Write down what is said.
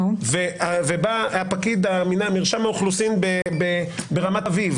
ובא פקיד מרשם האוכלוסין ברמת אביב